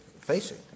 facing